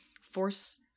force